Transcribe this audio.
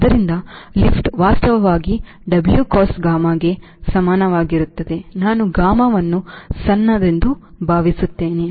ಆದ್ದರಿಂದ ಲಿಫ್ಟ್ ವಾಸ್ತವವಾಗಿ W cos gammaಕ್ಕೆ ಸಮಾನವಾಗಿರುತ್ತದೆ ನಾನು gammaವನ್ನು ಸಣ್ಣ ಎಂದು ಭಾವಸುತ್ತಿದ್ದೇನೆ